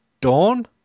Dawn